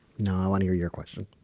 no, i wanna hear your question